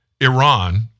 Iran